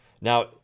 Now